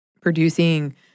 producing